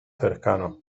cercanos